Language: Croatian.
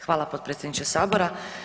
Hvala potpredsjedniče Sabora.